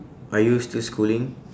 are you still schooling